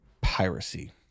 piracy